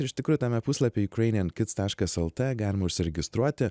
ir iš tikrųjų tame puslapy jukrainijen kits taškas lt galima užsiregistruoti